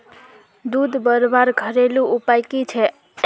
दूध बढ़वार घरेलू उपाय की छे?